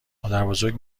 مادربزرگ